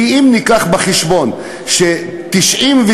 אם נביא בחשבון ש-95%